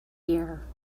year